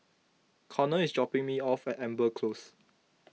Konnor is dropping me off at Amber Close